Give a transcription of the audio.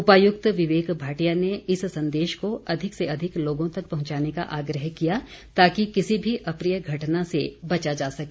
उपायुक्त विवेक भाटिया ने इस संदेश को अधिक से अधिक लोगों तक पहुंचाने का आग्रह किया ताकि किसी भी अप्रिय घटना से बचा जा सके